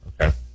Okay